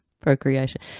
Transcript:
procreation